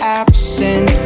absent